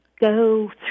go